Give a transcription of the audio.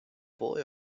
boy